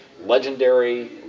Legendary